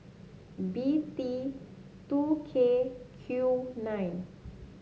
B T two K Q nine